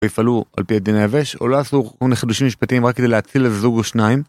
ויפעלו על פי הדין היבש או לא יעשו כל מיני חידושים משפטיים רק כדי להציל זוג או שניים